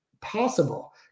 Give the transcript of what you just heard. possible